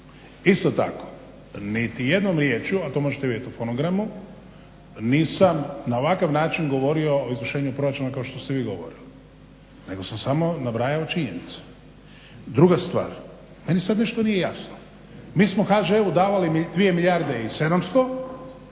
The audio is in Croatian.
Isto tako, niti jednom riječju a to možete vidjeti u fonogramu nisam na ovakav način govorio o izvršenju proračuna kao što ste vi govorili, nego sam samo nabrajao činjenice. Druga stvar, meni sad nešto nije jasno. Mi smo HŽ-u davali dvije milijarde i 700 i